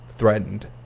threatened